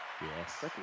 Yes